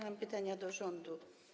Mam pytania do rządu.